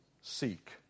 seek